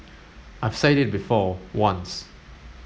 I've said it before once